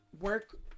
work